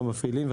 או המפעילים,